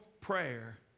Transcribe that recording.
prayer